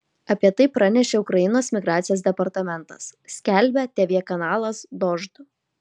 apie tai pranešė ukrainos migracijos departamentas skelbia tv kanalas dožd